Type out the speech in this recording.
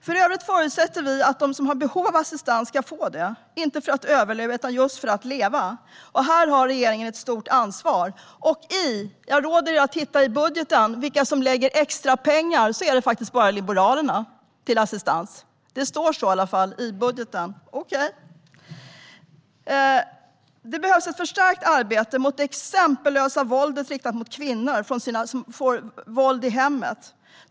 För övrigt förutsätter vi att de som har behov av assistans ska få det, inte för att de ska överleva utan för att de ska just leva. Här bär regeringen ett stort ansvar. Titta i budgeten, på vilka som lägger extra pengar till assistans! Det är faktiskt bara Liberalerna. Det står i alla fall så i budgeten. Det behövs ett förstärkt arbete mot det exempellösa våldet riktat mot kvinnor i hemmet.